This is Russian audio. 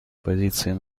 позицию